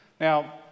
Now